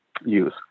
use